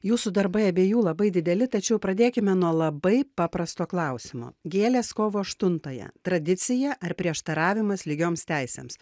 jūsų darbai abiejų labai dideli tačiau pradėkime nuo labai paprasto klausimo gėlės kovo aštuntąją tradicija ar prieštaravimas lygioms teisėms